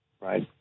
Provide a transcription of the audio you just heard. right